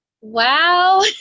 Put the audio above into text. wow